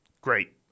great